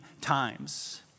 times